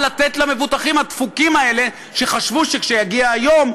למה לתת למבוטחים הדפוקים האלה שחשבו שכשיגיע היום,